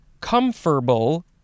comfortable